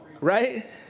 right